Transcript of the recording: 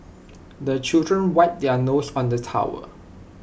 the children wipe their noses on the towel